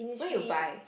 where you buy